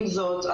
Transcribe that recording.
עם זאת,